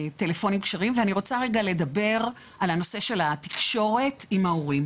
לטלפונים כשרים ואני רוצה רגע לדבר על הנושא של התקשורת עם ההורים.